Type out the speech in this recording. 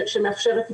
שמאפשרת טיפול,